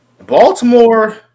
Baltimore